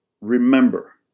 Remember